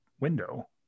window